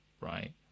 Right